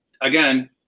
again